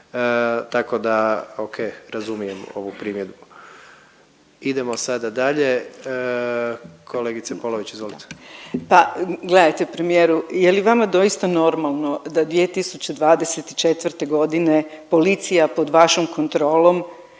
tako da oke, razumijem ovu primjedbu. Idemo sada dalje. Kolegice Polović, izvolite. **Polović, Draženka (Možemo!)** Pa gledajte, premijeru, je li vama doista normalno da 2024. g. policija pod vašom kontrolom